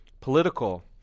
political